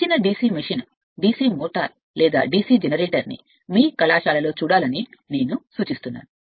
తెరిచిన DC machine DC motor లేదా DC generator కళాశాలలో చూడాలని నేను సూచిస్తున్నాను